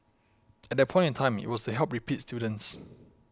at that point in time it was to help repeat students